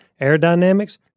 aerodynamics